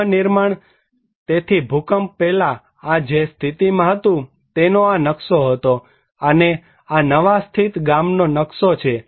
પુનર્નિર્માણ તેથી ભૂકંપ પહેલા આ જે સ્થિતિમાં હતું તેનો આ નકશો હતો અને આ નવા સ્થિત ગામનો નકશો છે